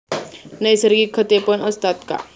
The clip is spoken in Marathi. नैसर्गिक खतेपण असतात का?